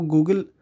Google